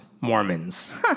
Mormons